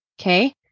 Okay